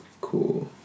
Cool